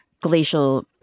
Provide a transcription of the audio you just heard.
glacial